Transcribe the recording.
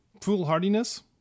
foolhardiness